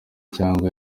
cyangwa